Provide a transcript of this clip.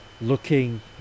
looking